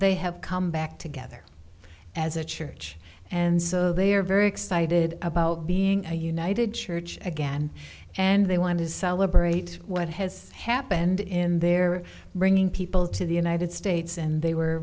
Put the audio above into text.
they have come back together as a church and so they are very excited about being a united church again and they want his liberate what has happened in their bringing people to the united states and they were